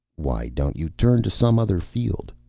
why don't you turn to some other field?